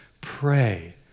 pray